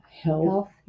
health